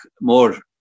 more